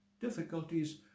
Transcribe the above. Difficulties